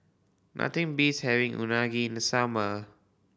nothing beats having Unagi in the summer